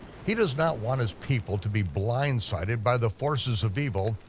he does not want his people to be blindsided by the forces of evil,